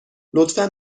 لطفا